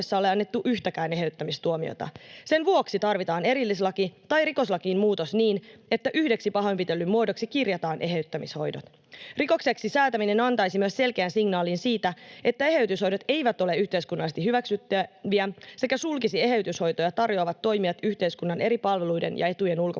Sen vuoksi tarvitaan erillislaki tai rikoslakiin muutos niin, että yhdeksi pahoinpitelyn muodoksi kirjataan eheyttämishoidot. Rikokseksi säätäminen antaisi myös selkeän signaalin siitä, että eheytyshoidot eivät ole yhteiskunnallisesti hyväksyttäviä, sekä sulkisi eheytyshoitoja tarjoavat toimijat yhteiskunnan eri palveluiden ja etujen ulkopuolelle.